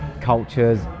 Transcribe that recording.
cultures